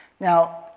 Now